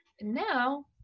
now